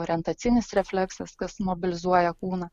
orientacinis refleksas kas mobilizuoja kūną